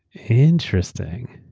interesting.